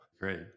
Great